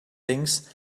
things